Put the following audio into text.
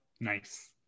Nice